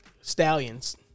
stallions